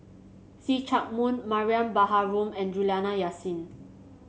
See Chak Mun Mariam Baharom and Juliana Yasin